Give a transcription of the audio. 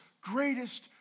greatest